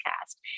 cast